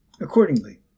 Accordingly